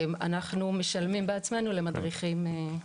אנחנו משלמים בעצמנו למדריכים,